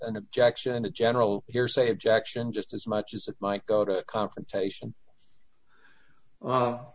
an objection to general hearsay objection just as much as it might go to a confrontation